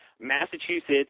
Massachusetts